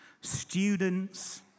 students